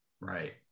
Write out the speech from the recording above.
Right